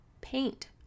Paint